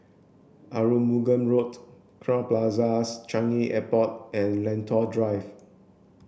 Arumugam Road Crowne Plaza Changi Airport and Lentor Drive